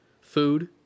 food